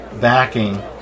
backing